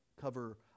cover